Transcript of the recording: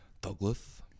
Douglas